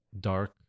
dark